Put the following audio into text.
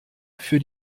für